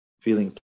feeling